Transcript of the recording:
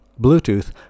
Bluetooth